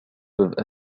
peuvent